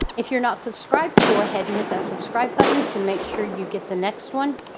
if you're not subscribed, go ahead and hit that subscribe button to make sure you get the next one.